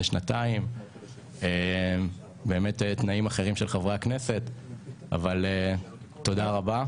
תנאים אחרים של חברי הכנסת ועוד, אנחנו